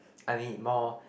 I mean more